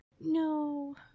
no